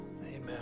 Amen